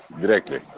directly